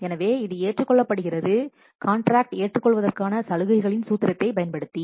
எனவே அது ஏற்றுக் கொள்ளப்படுகிறது காண்ட்ராக்ட் ஏற்றுக் கொள்வதற்கான சலுகைகளின் சூத்திரத்தை பயன்படுத்தி